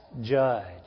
judge